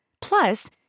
Plus